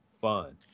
fun